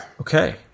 Okay